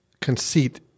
conceit